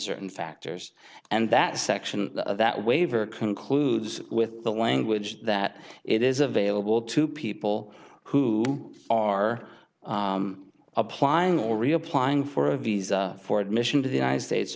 certain factors and that section of that waiver concludes with the language that it is available to people who are applying or reapplying for a visa for admission to the united states